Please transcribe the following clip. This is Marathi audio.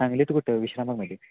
सांगलीत कुठं विश्रामामध्ये